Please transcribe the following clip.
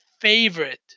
favorite